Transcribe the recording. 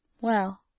Well